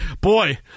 boy